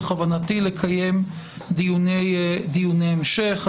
בכוונתי לקיים דיוני המשך.